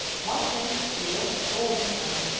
one day he lost all his money.